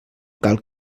cal